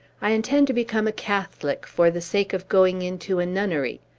i intend to become a catholic, for the sake of going into a nunnery.